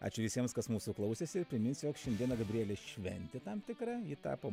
ačiū visiems kas mūsų klausėsi priminsiu jog šiandieną gabrielei šventė tam tikra ji tapo